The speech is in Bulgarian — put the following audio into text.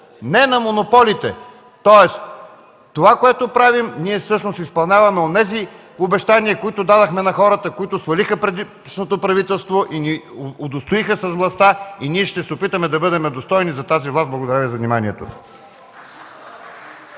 „Не на монополите!”, тоест с това, което правим, ние всъщност изпълняваме онези обещания, които дадохме на хората, които свалиха предишното правителство и ни удостоиха с властта. Ние ще се опитаме да бъдем достойни за тази власт. Благодаря Ви за вниманието.